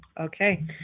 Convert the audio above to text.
Okay